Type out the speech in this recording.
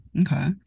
Okay